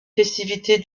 festivités